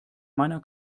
meiner